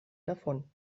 davon